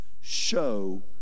show